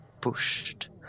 pushed